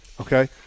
Okay